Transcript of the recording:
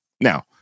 now